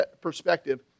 perspective